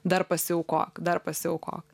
dar pasiaukok dar pasiaukok